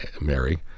mary